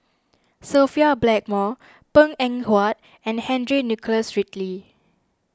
Sophia Blackmore Png Eng Huat and Henry Nicholas Ridley